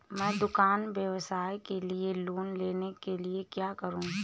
मैं दुकान व्यवसाय के लिए लोंन लेने के लिए क्या करूं?